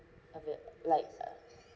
avai~ like uh